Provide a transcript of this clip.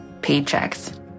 paychecks